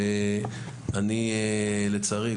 לצערי,